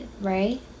right